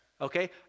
okay